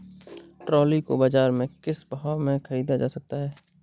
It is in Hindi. ट्रॉली को बाजार से किस भाव में ख़रीदा जा सकता है?